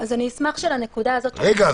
אני אשמח שלנקודה הזאת --- רגע,